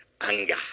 anger